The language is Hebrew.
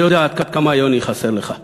אני יודע עד כמה יוני חסר לך.